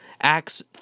Acts